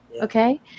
okay